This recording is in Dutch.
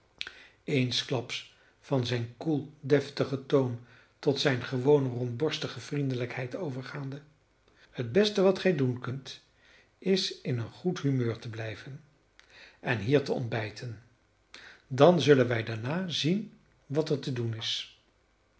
eensklaps van zijnen koel deftigen toon tot zijne gewone rondborstige vriendelijkheid overgaande het beste wat gij doen kunt is in een goed humeur te blijven en hier te ontbijten dan zullen wij daarna zien wat er te doen is